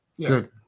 Good